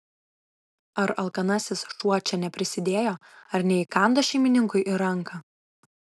ar alkanasis šuo čia neprisidėjo ar neįkando šeimininkui į ranką